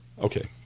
Okay